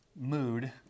mood